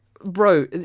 bro